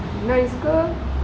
nice ke